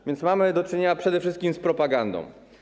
A więc mamy do czynienia przede wszystkim z propagandą.